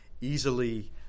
easily